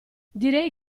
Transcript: direi